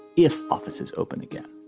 if offices open again